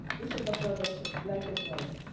this is the production black and white.